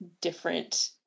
different